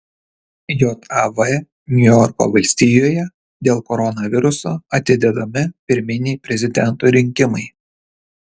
jav niujorko valstijoje dėl koronaviruso atidedami pirminiai prezidento rinkimai